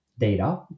data